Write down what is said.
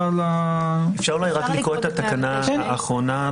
אפשר רק לקרוא את התקנה האחרונה?